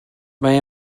mae